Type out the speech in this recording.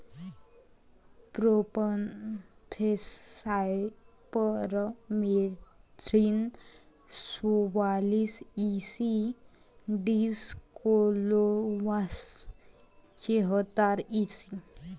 profenofos cypermethrin चौवालीस E C dichlorvos चेहतार EC